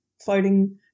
floating